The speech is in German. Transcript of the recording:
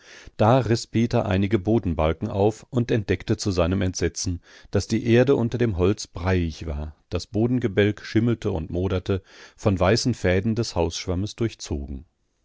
da riß peter einige bodenbalken auf und entdeckte zu seinem entsetzen daß die erde unter dem holz breiig war das bodengebälk schimmelte und moderte von weißen fäden des hausschwammes durchzogen